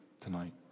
tonight